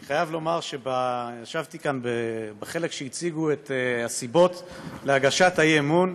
אני חייב לומר שישבתי כאן בחלק שהציגו את הסיבות להגשת האי-אמון,